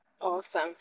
awesome